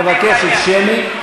מבקשת שמי.